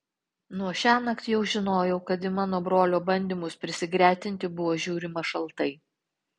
nuo šiąnakt jau žinojau kad į mano brolio bandymus prisigretinti buvo žiūrima šaltai